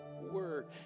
word